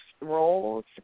roles